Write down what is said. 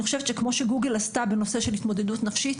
אני חושבת שכמו שגוגל עשתה בנושא של התמודדות נפשית,